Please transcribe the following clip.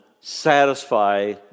satisfy